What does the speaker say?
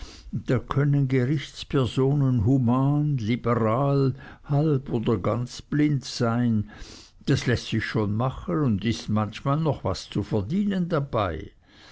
da können gerichtspersonen human liberal halb oder ganz blind sein das läßt sich schon machen und ist manchmal noch was zu verdienen dabei